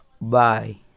Bye